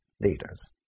leaders